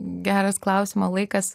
geras klausimo laikas